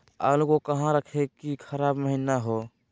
आलू को कहां रखे की खराब महिना हो?